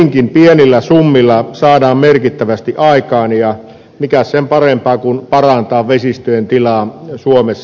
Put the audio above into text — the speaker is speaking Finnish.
hyvinkin pienillä summilla saadaan merkittävästi aikaan ja mikäs sen parempaa kuin parantaa vesistöjen tilaa suomessa